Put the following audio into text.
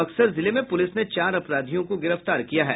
बक्सर जिले में पुलिस ने चार अपराधियों को गिरफ्तार किया है